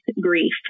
grief